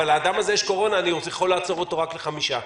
לאדם הזה יש קורונה אז אני יכול לעצור אותו רק לחמישה ימים.